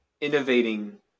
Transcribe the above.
innovating